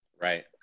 right